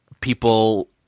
people –